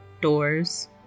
doors